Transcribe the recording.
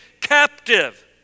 captive